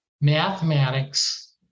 Mathematics